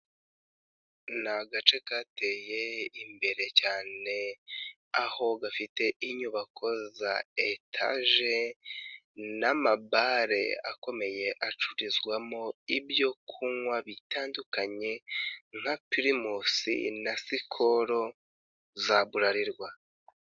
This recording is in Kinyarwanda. Ni agace kateye imbere cyane aho gafite inyubako za etaje n'amabare akomeye acururizwamo ibyo kunywa bitandukanye nka pirimusi na sikoro za buralirwa.